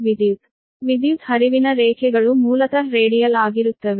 ವಿದ್ಯುತ್ ಹರಿವಿನ ರೇಖೆಗಳು ಮೂಲತಃ ರೇಡಿಯಲ್ ಆಗಿರುತ್ತವೆ